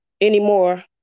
anymore